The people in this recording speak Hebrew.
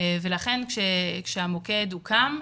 לכן כאשר המוקד הוקם,